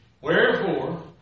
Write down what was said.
Wherefore